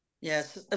yes